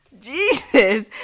Jesus